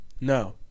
No